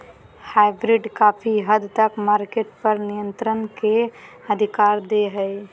hybrid काफी हद तक मार्केट पर नियन्त्रण के अधिकार दे हय